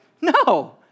No